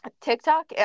TikTok